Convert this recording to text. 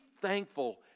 thankful